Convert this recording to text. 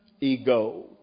Ego